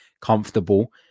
comfortable